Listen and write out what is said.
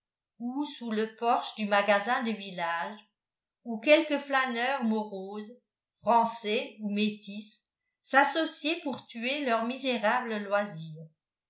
ou sous le porche du magasin de village où quelques flâneurs moroses français ou métis sassociaient pour tuer leurs misérables loisirs